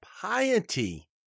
piety